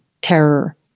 terror